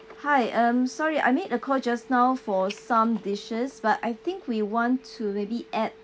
hi um sorry I made a call just now for some dishes but I think we want to maybe add